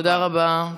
תודה רבה.